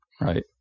right